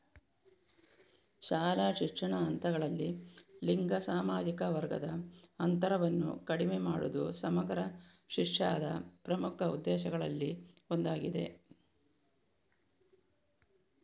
ಶಾಲಾ ಶಿಕ್ಷಣದ ಹಂತಗಳಲ್ಲಿ ಲಿಂಗ ಸಾಮಾಜಿಕ ವರ್ಗದ ಅಂತರವನ್ನು ಕಡಿಮೆ ಮಾಡುವುದು ಸಮಗ್ರ ಶಿಕ್ಷಾದ ಪ್ರಮುಖ ಉದ್ದೇಶಗಳಲ್ಲಿ ಒಂದಾಗಿದೆ